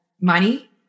money